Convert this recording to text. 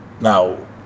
Now